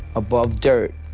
above dirt,